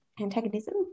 antagonism